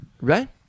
right